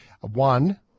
One